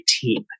team